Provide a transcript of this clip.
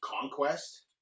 Conquest